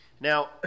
Now